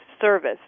service